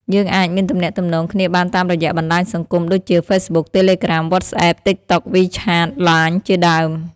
យើងអាចមានទំនាក់ទំនងគ្នាបានតាមរយៈបណ្តាញសង្គមដូចជា Facebook Telegram WhatsApp TikTok WeChat LINE ជាដើម ។